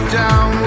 down